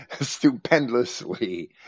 stupendously